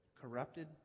corrupted